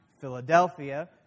Philadelphia